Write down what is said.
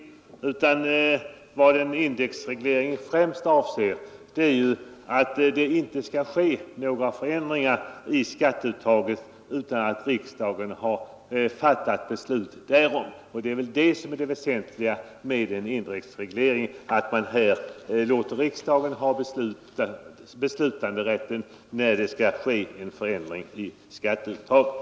Avsikten med en indexreglering är ju främst att det inte skall ske några förändringar i skatteuttaget utan att riksdagen har fattat beslut därom. Den väsentliga fördelen med en indexreglering är att man låter riksdagen få beslutanderätten över när det skall ske en förändring av skatteuttaget.